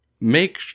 make